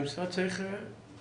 והמשרד צריך --- רגע,